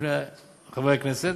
בפני חברי הכנסת.